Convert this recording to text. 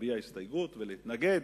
להביע הסתייגות ולהתנגד,